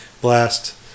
blast